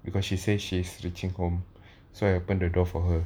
because she say she's reaching home so I opened the door for her